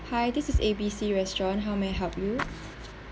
hi this is A B C restaurant how may I help you